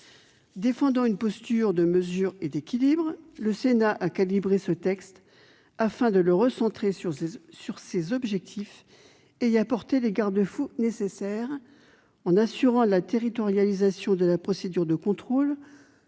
Défendant une posture « de mesure et d'équilibre », notre assemblée a calibré ce texte afin de le recentrer sur ses objectifs et d'y apporter les garde-fous nécessaires : en assurant la territorialisation de la procédure de contrôle,